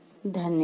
धन्यवाद